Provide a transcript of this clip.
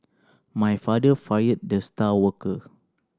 my father fired the star worker